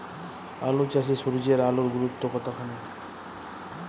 আলু চাষে সূর্যের আলোর গুরুত্ব কতখানি?